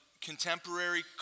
contemporary